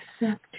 accept